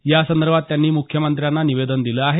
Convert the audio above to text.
यासंदर्भात त्यांनी मुख्यमंत्र्यांना निवेदन दिलं आहे